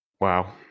Wow